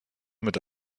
mit